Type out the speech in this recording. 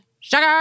sugar